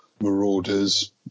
Marauders